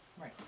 Right